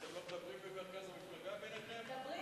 אתם לא מדברים במרכז המפלגה ביניכם?